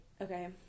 Okay